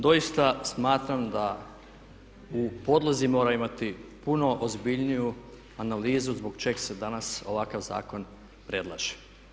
Doista smatram da u podlozi mora imati puno ozbiljniju analizu zbog čega se danas ovakav zakon predlaže.